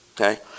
Okay